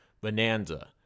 bonanza